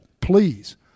Please